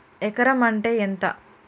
ఎకరం అంటే ఎంత?